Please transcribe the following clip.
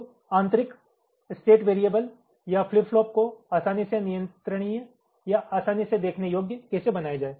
तो आंतरिक state variable या फ्लिप फ्लॉप को आसानी से नियंत्रणीय या आसानी से देखने योग्य कैसे बनाया जाए